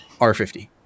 R50